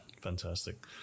fantastic